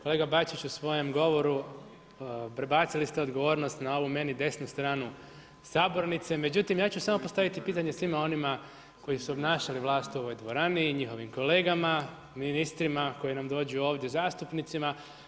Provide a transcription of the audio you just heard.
Kolega Bačić, u svojem govoru, prebacili ste odgovornost na ovu meni desnu stranu sabornice, međutim, ja ću samo postaviti pitanje, svima onima koji su obnašali vlast u ovoj dvorani, njihovim kolegama, ministrima, koji nam dođu ovdje zastupnicima.